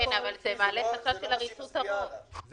אני